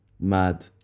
Mad